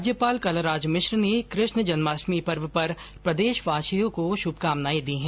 राज्यपाल कलराज मिश्र ने कृष्ण जन्माष्टमी पर्व पर प्रदेशवासियों को शुभकामनाएं दी हैं